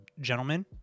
gentlemen